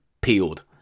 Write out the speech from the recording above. peeled